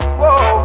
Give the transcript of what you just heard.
whoa